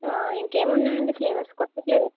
ఇంకేమున్నాయండి flavours కొత్త flavours